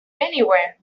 anywhere